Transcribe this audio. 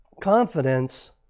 confidence